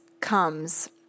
comes